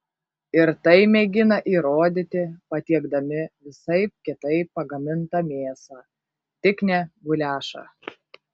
ir tai mėgina įrodyti patiekdami visaip kitaip pagamintą mėsą tik ne guliašą